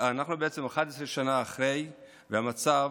אנחנו 11 שנה אחרי, והמצב